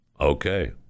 Okay